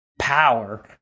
power